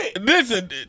Listen